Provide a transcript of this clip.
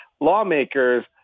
lawmakers